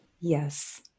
Yes